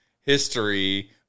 history